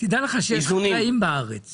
דע לך שיש חקלאים בארץ,